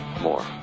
more